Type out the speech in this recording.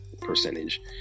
percentage